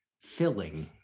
filling